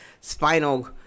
spinal